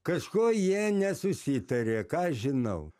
kažko jie nesusitarė ką aš žinau